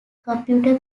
computer